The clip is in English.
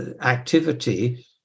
activity